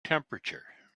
temperature